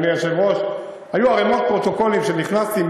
אדוני היושב-ראש: היו ערימות פרוטוקולים כשנכנסתי,